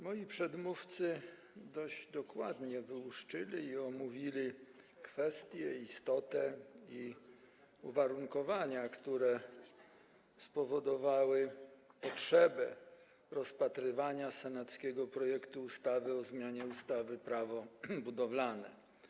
Moi przedmówcy dość dokładnie wyłuszczyli i omówili kwestie, istotę i uwarunkowania, które spowodowały potrzebę rozpatrywania senackiego projektu ustawy o zmianie ustawy Prawo budowlane.